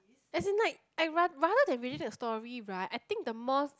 as in like I rather rather than reading the story right I think the most